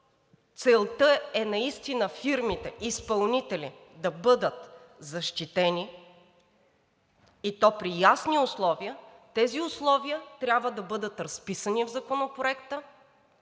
целта е наистина фирмите изпълнители да бъдат защитени, и то при ясни условия, тези условия трябва да бъдат разписани в Законопроекта.